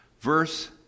Verse